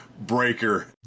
breaker